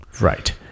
Right